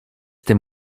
tym